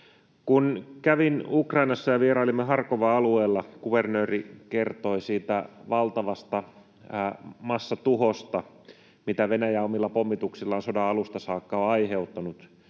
Kun kävin Ukrainassa ja vierailimme Harkovan alueella, kuvernööri kertoi siitä valtavasta massatuhosta, mitä Venäjä omilla pommituksillaan sodan alusta saakka on aiheuttanut.